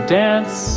dance